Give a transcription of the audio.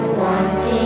wanting